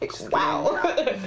Wow